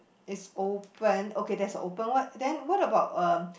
is open okay that's open what then what about uh